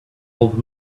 old